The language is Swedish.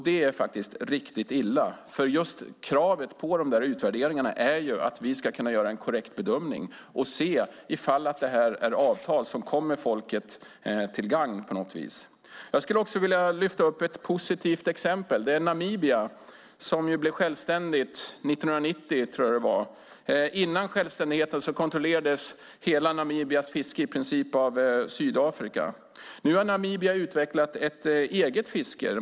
Det är faktiskt riktigt illa, för anledningen till kravet på utvärderingar är att vi ska kunna göra en korrekt bedömning och se om det är avtal som kommer folket till gagn på något vis. Jag skulle också vilja lyfta fram ett positivt exempel, Namibia, som blev självständigt 1990, tror jag att det var. Före självständigheten kontrollerades i princip hela Namibias fiske av Sydafrika. Nu har Namibia utvecklat ett eget fiske.